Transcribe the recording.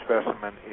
specimen